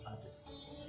others